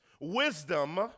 wisdom